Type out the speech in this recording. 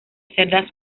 cerdas